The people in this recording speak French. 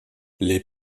les